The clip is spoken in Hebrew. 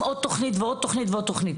עוד תוכנית ועוד תוכנית ועוד תוכנית,